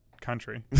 country